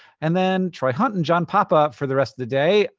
and then troy hunt and john papa for the rest of the day.